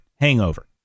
hangover